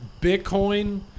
Bitcoin